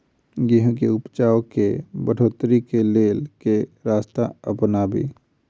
गेंहूँ केँ उपजाउ केँ बढ़ोतरी केँ लेल केँ रास्ता अपनाबी?